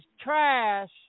trash